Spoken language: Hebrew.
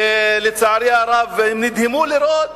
ולצערי הרב, הם נדהמו לראות